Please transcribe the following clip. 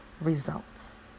results